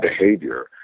behavior